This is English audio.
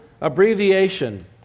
abbreviation